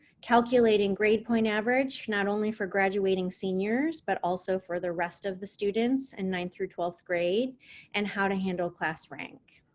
calculating grade point average, not only for graduating seniors but also for the rest of the students in ninth through twelfth grade and how to handle class rank.